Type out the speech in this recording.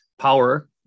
power